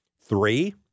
Three